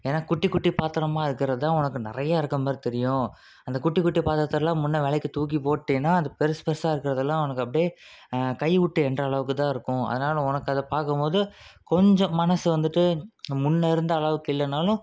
ஏனால் குட்டி குட்டி பாத்திரமா இருக்கிறது தான் உனக்கு நிறையா இருக்கற மாதிரி தெரியும் அந்த குட்டி குட்டி பாத்திரத்தெல்லாம் முன்னே விளக்கி தூக்கி போட்டின்னால் அந்த பெரிசு பெரிசா இருக்கிறதெல்லாம் உனக்கு அப்படியே கை விட்டு எண்ணுற அளவுக்கு தான் இருக்கும் அதனால உனக்கு அதை பார்க்கும் போது கொஞ்சம் மனது வந்துட்டு முன்னே இருந்த அளவுக்கு இல்லைனாலும்